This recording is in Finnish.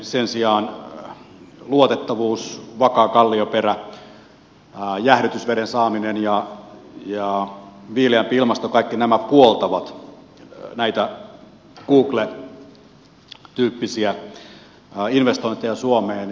sen sijaan luotettavuus vakaa kallioperä jäähdytysveden saaminen ja viileämpi ilmasto kaikki nämä puoltavat näitä google tyyppisiä investointeja suomeen